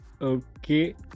Okay